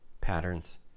patterns